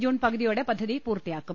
June പകുതിയോടെ പദ്ധതി പൂർത്തിയാക്കും